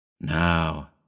Now